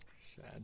sad